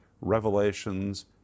revelations